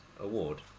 award